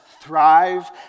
thrive